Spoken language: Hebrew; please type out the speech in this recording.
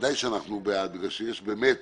בוודאי שאנחנו בעד בגלל שיש באמת